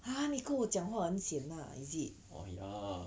!huh! 你跟我讲话很 sian lah is it